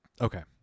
Okay